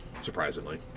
surprisingly